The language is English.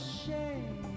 shame